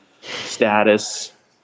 status